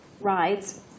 rides